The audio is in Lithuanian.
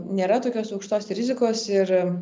nėra tokios aukštos rizikos ir